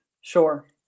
Sure